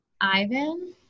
Ivan